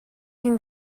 can